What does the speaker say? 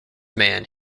man